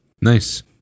nice